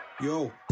Yo